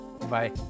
Bye